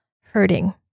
hurting